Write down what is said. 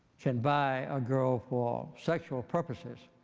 can buy a girl for sexual purposes